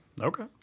Okay